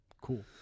Cool